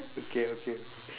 okay okay